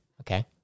Okay